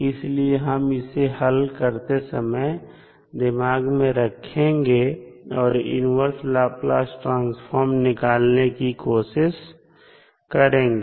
इसलिए हम इसे हल करते समय दिमाग में रखेंगे और इन्वर्स लाप्लास ट्रांसफॉर्म निकालने की कोशिश करेंगे